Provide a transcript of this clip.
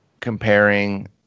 comparing